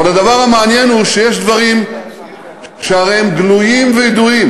אבל הדבר המעניין הוא שיש דברים שהרי הם גלויים וידועים,